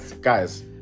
guys